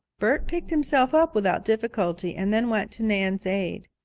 bert picked himself up without difficulty and then went to nan's aid.